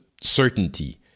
certainty